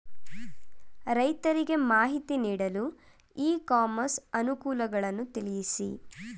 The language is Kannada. ರೈತರಿಗೆ ಮಾಹಿತಿ ನೀಡಲು ಇ ಕಾಮರ್ಸ್ ಅನುಕೂಲಗಳನ್ನು ತಿಳಿಸಿ?